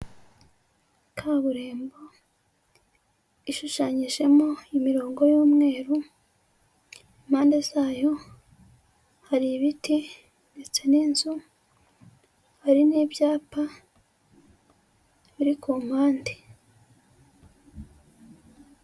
Kaburimbo ishushanyijemo imirongo y'umweru, impande zayo hari ibiti ndetse n'inzu, hari n'ibyapa biri ku mpande.